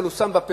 אבל הוא שם בפה.